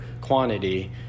quantity